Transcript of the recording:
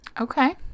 okay